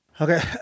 Okay